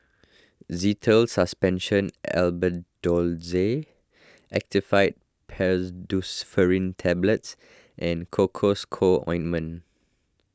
Zental Suspension Albendazole Actifed Pseudoephedrine Tablets and Cocois Co Ointment